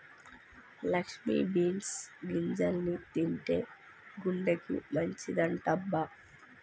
Lakshmi beans గింజల్ని తింటే గుండెకి మంచిదంటబ్బ